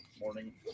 morning